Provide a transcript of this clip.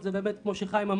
זה נאמר פה היום כמה פעמים,